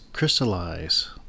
Crystallize